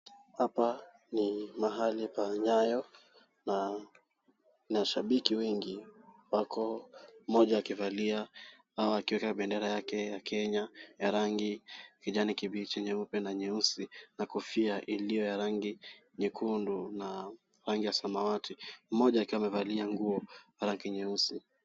Hapa ni mahali pa nyayo na mashabiki wengi wako mmoja akivalia au akiweka bendera yake ya kenya ya rangi ya kijani kibichi, nyeupe na nyeusi na kofia iliyo ya rangi nyekundu na rangi ya mawati. Moja akiwa amevalia nguo ya rangi nyeusi.